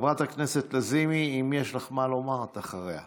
חברת הכנסת לזימי, אם יש לך מה לומר, את אחריה.